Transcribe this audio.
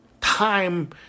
Time